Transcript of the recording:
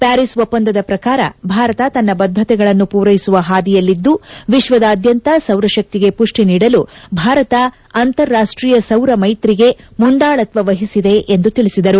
ಪ್ನಾಂಸ್ ಒಪ್ಪಂದದ ಪ್ರಕಾರ ಭಾರತ ತನ್ನ ಬದ್ದತೆಗಳನ್ನು ಪೂರೈಸುವ ಹಾದಿಯಲ್ಲಿದ್ದು ಎಶ್ವದ್ಯಂತ ಸೌರಕ್ಷಿಗೆ ಮಷ್ಲಿ ನೀಡಲು ಭಾರತ ಅಂತಾರಾಷ್ಲೀಯ ಸೌರ ಮೈತ್ರಿಗೆ ಮುಂದಾಳತ್ವವಹಿಸಿದೆ ಎಂದು ತಿಳಿಸಿದರು